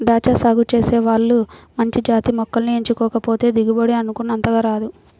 దాచ్చా సాగు చేసే వాళ్ళు మంచి జాతి మొక్కల్ని ఎంచుకోకపోతే దిగుబడి అనుకున్నంతగా రాదు